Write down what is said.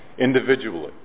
individually